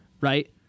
right